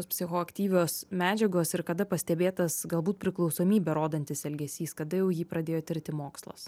psichoaktyvios medžiagos ir kada pastebėtas galbūt priklausomybę rodantis elgesys kada jau jį pradėjo tirti mokslas